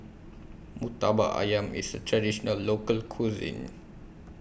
Murtabak Ayam IS A Traditional Local Cuisine